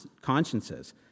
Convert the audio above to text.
consciences